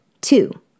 Two